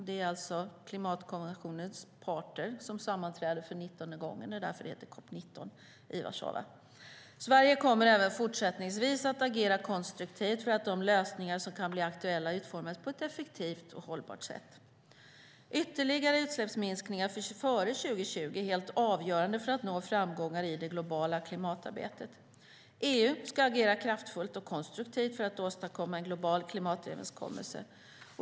Det är alltså Klimatkonventionens parter som sammanträder för 19:e gången - det är därför som det heter COP 19 - i Warszawa. Sverige kommer även fortsättningsvis att agera konstruktivt för att de lösningar som kan bli aktuella utformas på ett effektivt och hållbart sätt. Ytterligare utsläppsminskningar före 2020 är helt avgörande för att nå framgångar i det globala klimatarbetet. EU ska agera kraftfullt och konstruktivt för att åstadkomma en global klimatöverenskommelse.